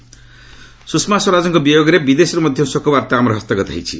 ସୁଷମା ସୁଷମା ସ୍ୱରାଜଙ୍କ ବିୟୋଗରେ ବିଦେଶରୁ ମଧ୍ୟ ଶୋକବାର୍ତ୍ତା ଆମର ହସ୍ତଗତ ହୋଇଛି